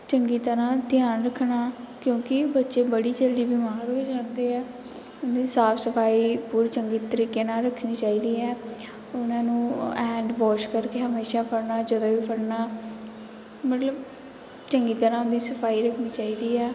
ਚੰਗੀ ਤਰ੍ਹਾਂ ਧਿਆਨ ਰੱਖਣਾ ਕਿਉਂਕਿ ਬੱਚੇ ਬੜੀ ਜਲਦੀ ਬਿਮਾਰ ਹੋ ਜਾਂਦੇ ਆ ਉਹਨਾਂ ਦੀ ਸਾਫ਼ ਸਫ਼ਾਈ ਪੂਰੀ ਚੰਗੀ ਤਰੀਕੇ ਨਾਲ਼ ਰੱਖਣੀ ਚਾਹੀਦੀ ਹੈ ਉਹਨਾਂ ਨੂੰ ਹੈਂਡ ਵੋਸ਼ ਕਰਕੇ ਹਮੇਸ਼ਾਂ ਫੜਣਾ ਜਦੋਂ ਵੀ ਫੜਣਾ ਮਤਲਬ ਚੰਗੀ ਤਰ੍ਹਾਂ ਉਹਨਾਂ ਦੀ ਸਫ਼ਾਈ ਰੱਖਣੀ ਚਾਹੀਦੀ ਆ